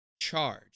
Charge